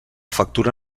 factura